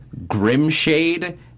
Grimshade